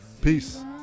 Peace